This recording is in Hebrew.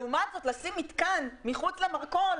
לעומת זאת לשים מתקן מחוץ למרכול,